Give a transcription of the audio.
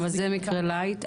אבל זה מקרה "לייט",